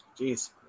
Jeez